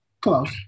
Close